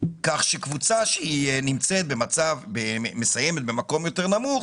כך שקבוצה שהיא מסיימת במקום יותר נמוך,